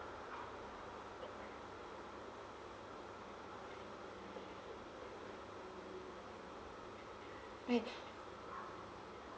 may